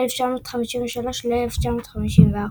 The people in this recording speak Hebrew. מ-1953 ל-1954.